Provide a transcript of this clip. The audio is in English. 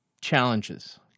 challenges